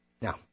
Now